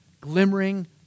glimmering